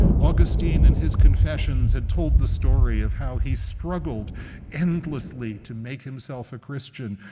augustine in his confessions had told the story of how he struggled endlessly to make himself a christian,